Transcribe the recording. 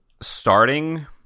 starting